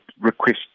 request